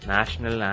National